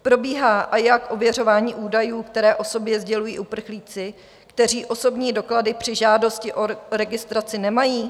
Probíhá, a jak, ověřování údajů, které o sobě sdělují uprchlíci, kteří osobní doklady při žádosti o registraci nemají?